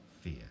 fear